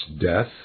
death